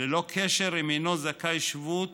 ללא קשר אם הינו זכאי שבות